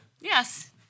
Yes